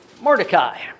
Mordecai